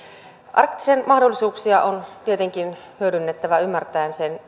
arktisen mahdollisuuksia on tietenkin hyödynnettävä ymmärtäen sen